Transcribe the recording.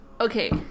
okay